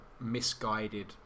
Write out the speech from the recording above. misguided